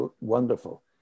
wonderful